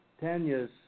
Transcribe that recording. Tanya's